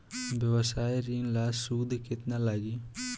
व्यवसाय ऋण ला सूद केतना लागी?